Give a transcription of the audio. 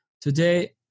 Today